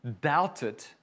doubted